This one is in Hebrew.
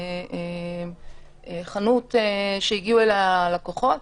חנות שהגיעו אליה לקוחות